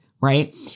right